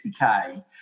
60k